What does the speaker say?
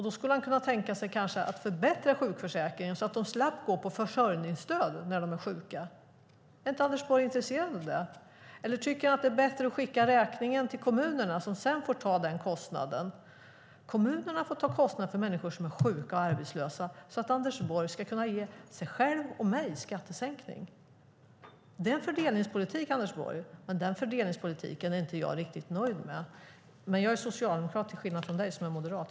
Då skulle han kanske kunna tänka sig att förbättra sjukförsäkringen så att de slapp gå på försörjningsstöd när de är sjuka. Är Anders Borg inte intresserad av det, eller tycker han att det är bättre att skicka räkningen till kommunerna som sedan får ta denna kostnad? Kommunerna får ta kostnader för människor som är sjuka och arbetslösa, så att Anders Borg ska kunna ge sig själv och mig skattesänkningar. Det är en fördelningspolitik, Anders Borg. Men den fördelningspolitiken är jag inte riktigt nöjd med. Men jag är socialdemokrat till skillnad från dig som är moderat.